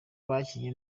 bakinnye